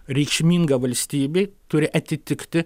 reikšmingą valstybei turi atitikti